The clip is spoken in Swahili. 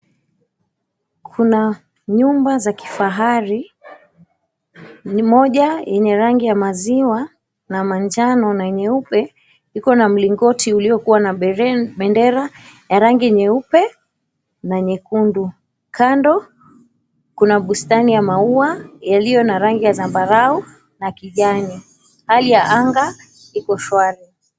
Kuna nyumba za kifahari ni moja yenye rangi ya maziwa na manjano na nyeupe iko na mlingoti uliokua na bendera ya rangi nyeupe na nyekundu. Kando kuna bustani ya maua yaliyo na rangi ya zambarau na kijani. Hali ya anga iko shwari.